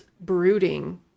brooding